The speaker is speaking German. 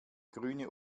grüne